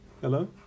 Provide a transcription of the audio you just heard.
Hello